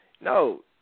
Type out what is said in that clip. no